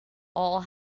all